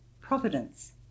Providence